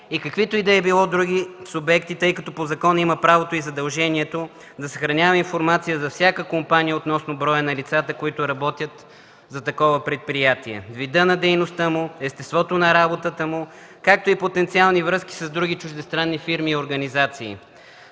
и каквито и да били други субекти, тъй като по закон има правото и задължението да съхранява информация за всяка компания относно броя на лицата, които работят за това предприятие – вида на дейността му, естеството на работа му, както и потенциални връзки с други чуждестранни фирми и организации.